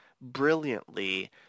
brilliantly